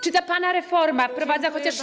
Czy ta pana reforma wprowadza chociaż jeden.